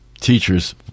teachers